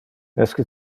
esque